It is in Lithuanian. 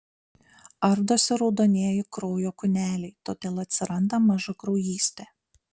ardosi raudonieji kraujo kūneliai todėl atsiranda mažakraujystė